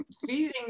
feeding